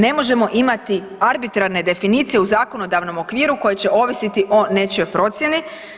Ne možemo imati arbitrarne definicije u zakonodavnom okviru koje će ovisiti o nečijoj procjeni.